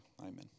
Amen